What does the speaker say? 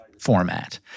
format